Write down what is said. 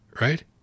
right